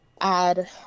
add